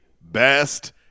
Best